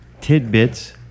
Tidbits